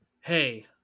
hey